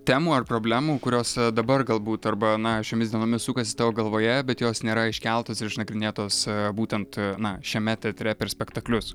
temų ar problemų kurios dabar galbūt arba na šiomis dienomis sukasi tavo galvoje bet jos nėra iškeltos ir išnagrinėtos būtent na šiame teatre per spektaklius